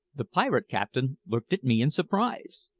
the pirate captain looked at me in surprise.